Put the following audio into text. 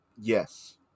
yes